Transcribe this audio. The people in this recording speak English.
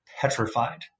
petrified